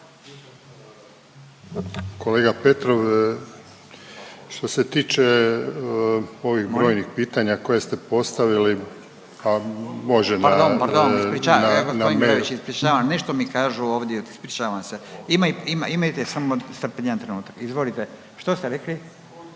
Kolega Petrov, što se tiče ovih brojnih pitanja koje ste postavili pa može na. …/Upadica Radin: Pardon, pardon, ispričavam, gospodin Glavić ispričavam. Nešto mi kažu ovdje, ispričavam se. Imajte samo strpljenja trenutak. Izvolite, što ste rekli.